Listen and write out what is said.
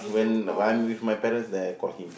when I'm with my parents then I call him